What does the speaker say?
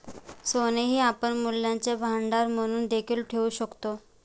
सोने हे आपण मूल्यांचे भांडार म्हणून देखील ठेवू शकतो